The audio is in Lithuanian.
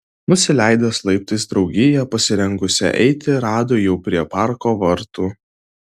nusileidęs laiptais draugiją pasirengusią eiti rado jau prie parko vartų